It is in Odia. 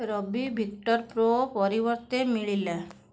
ରବି ଭିକ୍ଟରପ୍ରୋ ପରିବର୍ତ୍ତେ ମିଳିଲା